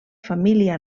família